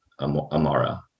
Amara